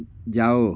जाओ